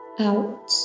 Out